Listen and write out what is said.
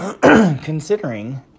considering